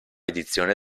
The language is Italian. edizione